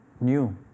new